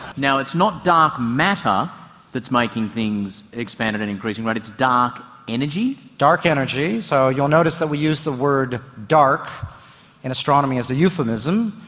now, it's not dark matter that's making things expand at an increasing rate, it's dark energy. dark energy. so you'll notice that we use the word dark in astronomy as a euphemism,